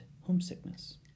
homesickness